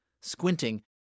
Squinting